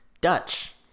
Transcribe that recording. Dutch